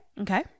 Okay